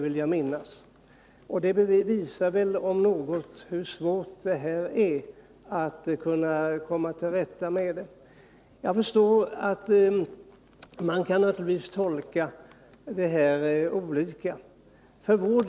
Det om något visar väl hur svårt det är att komma till rätta med den här frågan.